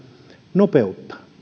nopeutta